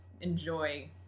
enjoy